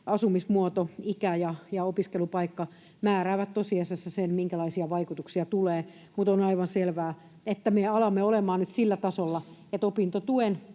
asumismuoto, ikä ja opiskelupaikka määräävät tosiasiassa sen, minkälaisia vaikutuksia tulee, mutta on aivan selvää, että me alamme olemaan nyt sillä tasolla, että opintotuen